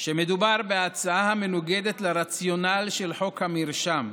שמדובר בהצעה המנוגדת לרציונל של חוק המרשם,